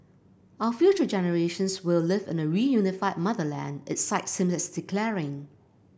our future generations will live in a reunified motherland it cites him as declaring